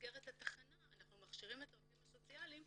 במסגרת התחנה אנחנו מכשירים את העובדים הסוציאליים